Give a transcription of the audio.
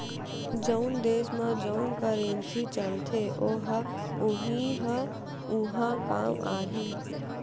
जउन देस म जउन करेंसी चलथे ओ ह उहीं ह उहाँ काम आही